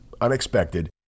unexpected